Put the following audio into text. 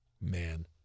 Man